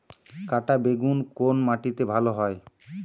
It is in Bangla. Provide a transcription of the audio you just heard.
কাঁটা বেগুন কোন মাটিতে ভালো হয়?